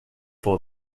for